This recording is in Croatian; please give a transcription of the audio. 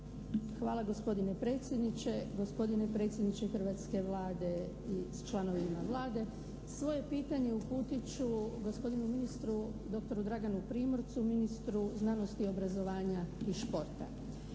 Hvala gospodine predsjedniče. Gospodine predsjedniče hrvatske Vlade i članovima Vlade. Svoje pitanje uputit ću gospodinu ministru doktoru Draganu Primorcu, ministru znanosti, obrazovanja i športa.